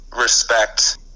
respect